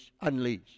unleash